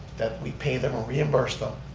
that we pay them or reimburse them.